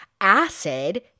acid